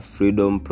Freedom